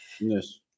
Yes